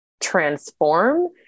transform